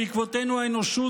ובעקבותינו האנושות,